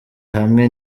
hamwe